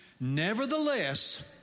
Nevertheless